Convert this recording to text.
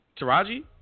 Taraji